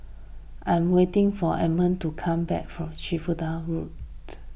I'm waiting for Edmond to come back from Shenvood Road